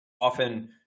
Often